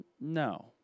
no